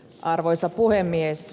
arvoisa puhemies